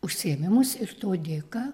užsiėmimus ir to dėka